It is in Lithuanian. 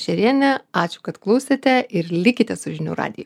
šerienė ačiū kad klausėte ir likite su žinių radiju